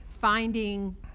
finding